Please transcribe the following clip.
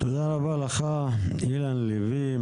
תודה רבה לך אילן לביא,